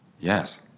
Yes